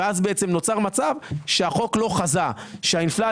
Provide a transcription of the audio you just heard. ואז בעצם נוצר מצב שהחוק לא חזה שהאינפלציה